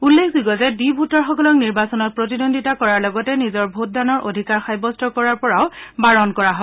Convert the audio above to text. উল্লেখযোগ্য যে ডি ভোটাৰসকলক নিৰ্বাচনত প্ৰতিদ্বন্দিতা কৰাৰ লগতে নিজৰ ভোটদানৰ অধিকাৰ সাব্যস্ত কৰাৰ পৰাও বাৰণ কৰা হয়